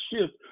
shift